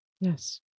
Yes